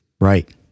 Right